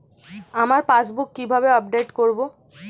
আমার পাসবুক কিভাবে আপডেট করবো?